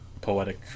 poetic